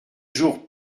jours